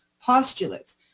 postulates